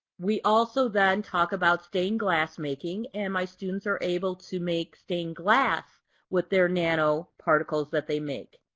we also then talk about stained glass making and my students are able to make stained glass with their nanoparticles that they make.